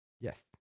Yes